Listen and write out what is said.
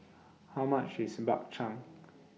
How much IS Bak Chang